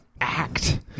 act